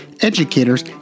educators